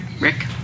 Rick